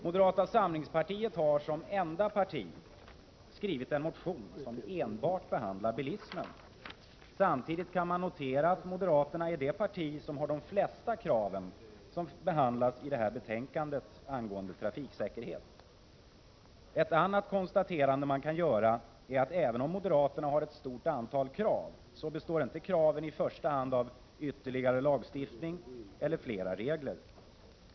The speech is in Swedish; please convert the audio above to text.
Moderata samlingspartiet har, som enda parti, skrivit en motion som enbart behandlar bilismen. Samtidigt kan man notera att moderaterna är det parti som har de flesta krav som behandlas i detta betänkande angående trafiksäkerhet. Ett annat konstaterande som man kan göra är att även om moderaterna har ett stort antal krav, så består de inte i första hand av krav på ytterligare lagstiftning eller fler regler.